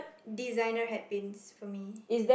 designer hat paints for me